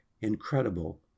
Incredible